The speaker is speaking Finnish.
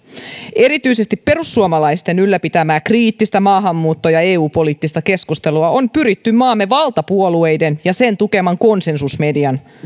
erityisesti perussuomalaisten ylläpitämää kriittistä maahanmuutto ja eu poliittista keskustelua on pyritty maamme valtapuolueiden ja sen tukeman konsensusmedian